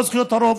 לא זכויות הרוב.